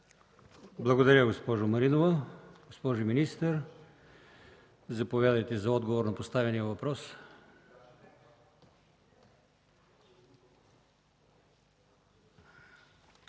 Благодаря, госпожо Маринова. Госпожо министър, заповядайте за отговор на поставения въпрос.